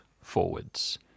forwards